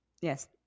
Yes